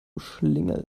schlingel